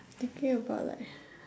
thinking about like